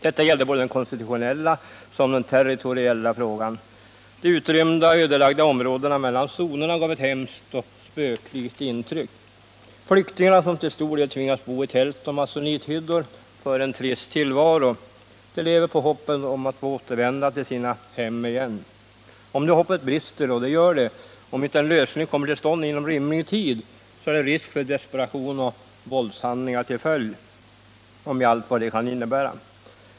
Detta gällde både den konstitutionella och den territoriella frågan. De utrymda, ödelagda områdena mellan zonerna gav ett hemskt och spöklikt intryck. Flyktingarna, som till stor del tvingas bo i tält och masonithyddor, för en trist tillvaro. De lever på hoppet om att få återvända till sina hem igen. Om nu hoppet brister — och det gör det om inte en lösning kommer till stånd inom rimlig tid — är det risk för desperation och våldshandlingar, med allt vad det kan innebära.